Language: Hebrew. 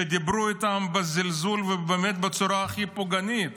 שדיברו עליהם בזלזול ובאמת בצורה הכי פוגענית.